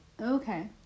Okay